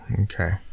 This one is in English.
okay